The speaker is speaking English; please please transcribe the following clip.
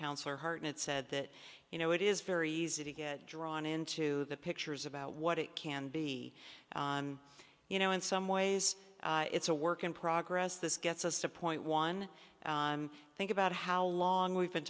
counselor hartnett said that you know it is very easy to get drawn into the pictures about what it can be you know in some ways it's a work in progress this gets us to point one think about how long we've been